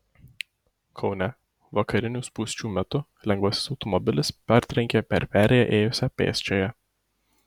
kaune vakarinių spūsčių metu lengvasis automobilis partrenkė per perėją ėjusią pėsčiąją